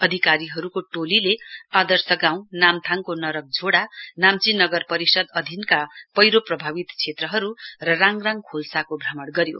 अधिकारीहरूको टोलीले आदर्श गाउँ नाम्थाङको न्रक झोडा नाम्ची नगर परिषद अधिनका पैह्रो प्रभावित क्षेत्रहरू र राङराङ खोल्साको भ्रमण गज्यो